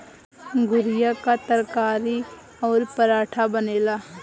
घुईया कअ तरकारी अउरी पराठा बनेला